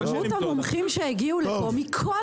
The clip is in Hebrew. כמות המומחים שהגיעו לכאן מכל